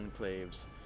enclaves